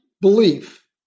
belief